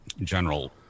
general